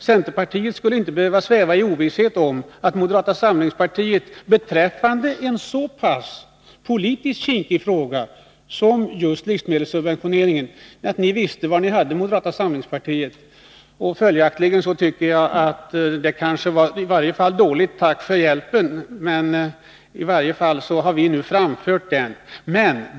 Centerpartiet skulle inte behöva sväva i ovisshet om var det hade moderata samlingspartiet beträffande en så politiskt kinkig fråga som just frågan om livsmedelssubventioneringen. Följaktligen tycker jag kanske att det jordbruksministern sade var ett dåligt tack för hjälpen.